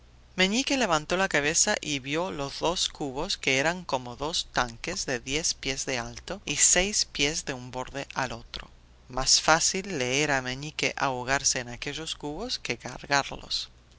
comida meñique levantó la cabeza y vio los dos cubos que eran como dos tanques de diez pies de alto y seis pies de un borde a otro más fácil le era a meñique ahogarse en aquellos cubos que cargarlos